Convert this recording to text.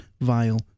vile